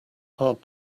hard